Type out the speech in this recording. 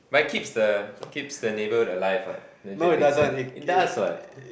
but it keeps the keeps the neighbourhood alive what don't you think so it does what